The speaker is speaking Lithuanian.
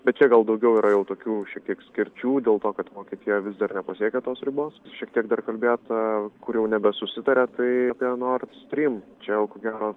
bet čia gal daugiau yra jau tokių šiek tiek skirčių dėl to kad vokietija vis dar nepasiekė tos ribos šiek tiek dar kalbėta kur jau nebesusitaria tai apie nord stream čia jau ko gero